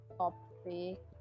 Topic